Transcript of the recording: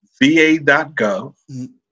VA.gov